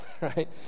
right